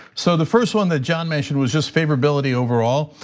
so the first one that john mentioned was just favorability overall.